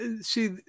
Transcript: see